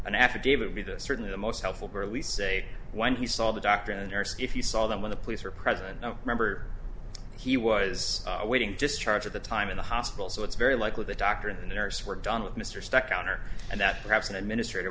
affidavit be the certainly the most helpful or least say when he saw the doctor a nurse if you saw them when the police were present remember he was waiting just charge of the time in the hospital so it's very likely the doctor and the nurse were done with mr stuck on her and that perhaps an administrator